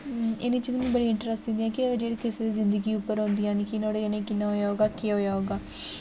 इ'नें चीज़ें में बड़ी इंटरस्ट दि'न्नी आं कि जेह्ड़ी किसै दी जिंदगी उप्पर होंदियां न कि नुहाड़े कन्नै कि'यां होया होगा केह् होया होगा